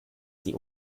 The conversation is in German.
sie